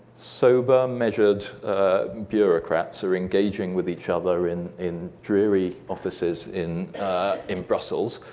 sobered, measured bureaucrats are engaging with each other in in dreary offices in in brussels,